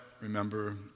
remember